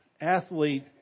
athlete